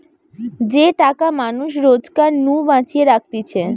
যে টাকা মানুষ রোজগার নু বাঁচিয়ে রাখতিছে